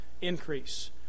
increase